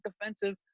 defensive